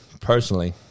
personally